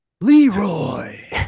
Leroy